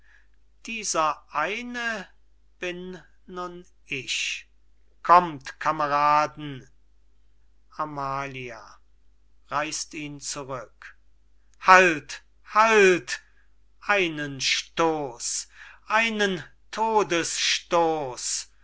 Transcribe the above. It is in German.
dieser eine bin nun ich kommt kameraden amalia reißt ihn zurück halt halt einen stoß einen todesstoß